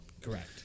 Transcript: Correct